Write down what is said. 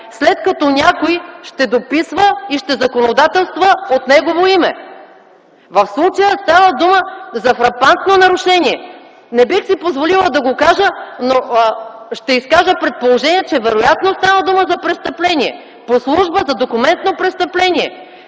след като някой ще дописва и ще законодателства от негово име? В случая става дума за фрапантно нарушение. Не бих си позволила да го кажа, но ще изкажа предположение, че вероятно става дума за престъпление по служба, за документно престъпление